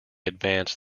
advanced